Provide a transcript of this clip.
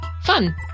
Fun